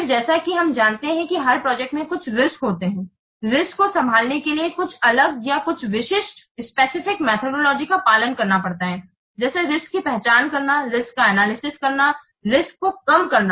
फिर जैसा कि हम जानते हैं कि हर प्रोजेक्ट में कुछ रिस्क होते हैं रिस्क को संभालने के लिए कुछ अलग या कुछ विशिष्ट मेथोडोलोजिज़ का पालन करना पड़ता है जैसे रिस्क की पहचान करना रिस्क का एनालिसिस करना और रिस्क को कम करना